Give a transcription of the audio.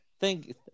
thank